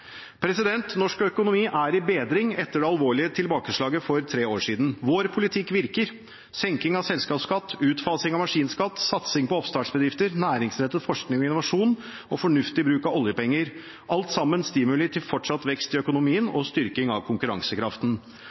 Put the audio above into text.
Norsk økonomi er i bedring etter det alvorlige tilbakeslaget for tre år siden. Vår politikk virker. Senking av selskapsskatt, utfasing av maskinskatt, satsing på oppstartsbedrifter, næringsrettet forskning og innovasjon og fornuftig bruk av oljepenger er alt sammen stimuli til fortsatt vekst i økonomien og styrking av konkurransekraften.